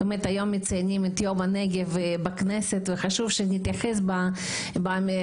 באמת היום מציינים את יום הנגב בכנסת וחשוב שנתייחס בדיונים